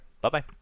Bye-bye